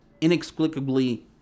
Inexplicably